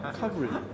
covering